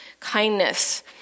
kindness